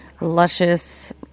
luscious